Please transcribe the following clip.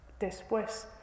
después